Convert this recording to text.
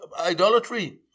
idolatry